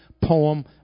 poem